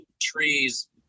trees